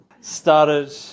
started